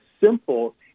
simple